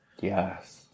Yes